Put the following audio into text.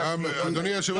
אדוני יושב הראש,